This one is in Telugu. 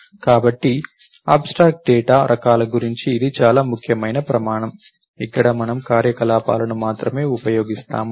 కాబట్టి అబ్స్ట్రా డేటా రకాల గురించి ఇది చాలా ముఖ్యమైన ప్రమాణం ఇక్కడ మనము కార్యకలాపాలను మాత్రమే ఉపయోగిస్తాము